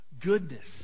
goodness